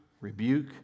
rebuke